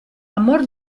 amor